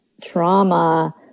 trauma